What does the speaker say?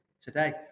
today